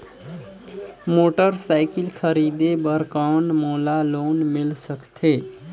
Motorcycle खरीदे बर कौन मोला लोन मिल सकथे?